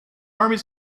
armies